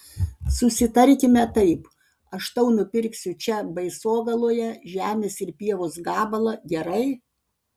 susitarkime taip aš tau nupirksiu čia baisogaloje žemės ir pievos gabalą gerai